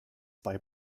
bei